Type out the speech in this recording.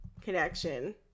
connection